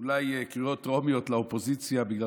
אולי קריאות טרומיות לאופוזיציה בגלל